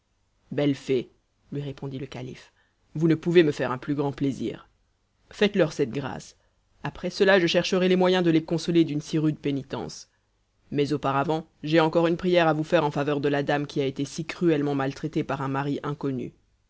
belle fée lui répondit le calife vous ne pouvez me faire un plus grand plaisir faites-leur cette grâce après cela je chercherai les moyens de les consoler d'une si rude pénitence mais auparavant j'ai encore une prière à vous faire en faveur de la dame qui a été si cruellement maltraitée par un mari inconnu